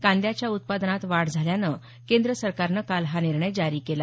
कांद्याच्या उत्पादनात वाढ झाल्यानं केंद्र सरकारनं काल हा निर्णय जारी केला